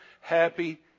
happy